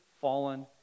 fallen